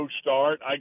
start